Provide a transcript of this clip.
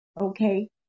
okay